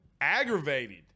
aggravated